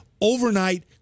overnight